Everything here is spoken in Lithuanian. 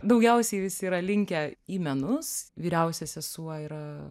daugiausiai visi yra linkę į menus vyriausia sesuo yra